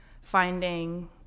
finding